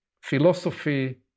philosophy